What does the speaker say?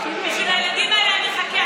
בשביל הילדים האלה אני אחכה,